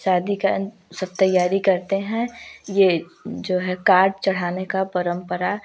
शादी का सब तैयारी करते हैं ये जो है कार्ड चढ़ाने का परंपरा